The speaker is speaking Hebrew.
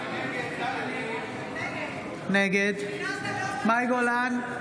נגד מאי גולן,